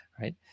right